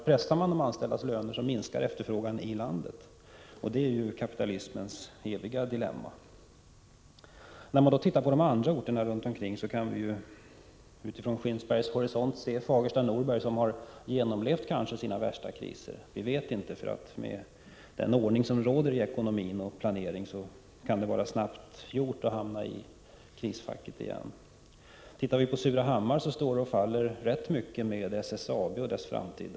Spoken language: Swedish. Pressar man ned de anställdas löner, minskar efterfrågan i landet. Detta är kapitalismens eviga dilemma. Man kan studera de andra orterna runt omkring. Vi kan utifrån Skinnskattebergs horisont se på Fagersta och Norberg, som kanske har genomlevt sina värsta kriser. Vi vet det inte säkert. Med den ordning som råder i ekonomi och planering kan det vara snabbt gjort att hamna i kris igen. Surahammar står och faller i relativt stor utsträckning med SSAB och dess framtid.